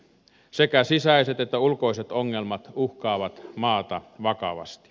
sekä sisäiset että ulkoiset ongelmat uhkaavat maata vakavasti